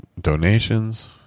donations